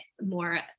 more